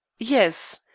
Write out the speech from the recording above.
yes.